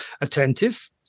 attentive